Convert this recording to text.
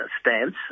stance